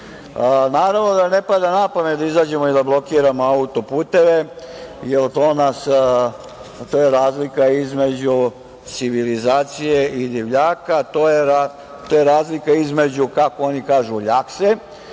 da ne pada na pamet da izađemo i da blokiramo autoputeve, jer to nas, to je razlika između civilizacije i divljaka, to je razlika između, kako oni kažu – ljakse